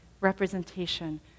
representation